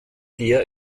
der